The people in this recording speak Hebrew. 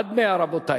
עד 100, רבותי.